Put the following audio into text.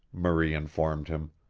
marie informed him.